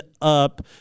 up